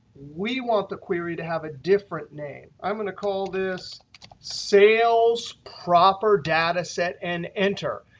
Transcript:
we want the query to have a different name. i'm going to call this sales proper data set and enter.